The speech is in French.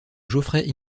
geoffrey